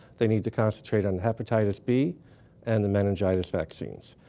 they need to concentrate on hepatitis b and the meningitis vaccines.